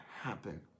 happen